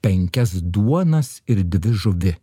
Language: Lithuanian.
penkias duonas ir dvi žuvi